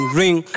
ring